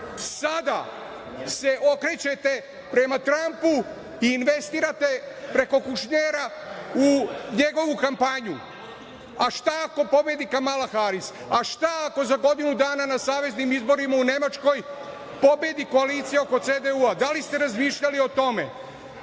Sada se okrećete prema Trampu i investirate preko Kušnera u njegovu kampanju, a šta ako pobedi Kamala Haris, a šta ako za godinu dana na saveznim izborima u Nemačkoj pobedi koalicija oko CDU, da li ste razmišljali o tome